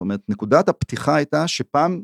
זאת אומרת, נקודת הפתיחה הייתה שפעם...